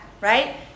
right